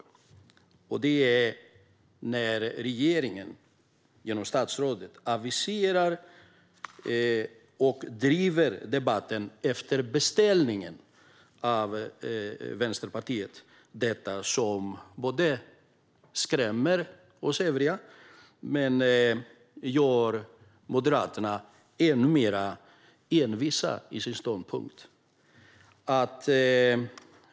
Det är skrämmande när regeringen genom statsrådet driver debatt i frågor efter beställning från Vänsterpartiet, men då blir vi moderater ännu mer envisa i vår ståndpunkt.